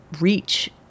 reach